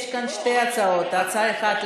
יש כאן שתי הצעות: הצעה אחת,